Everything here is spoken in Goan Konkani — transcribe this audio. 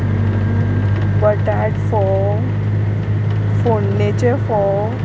बटाट फोव फोंडणेचे फोव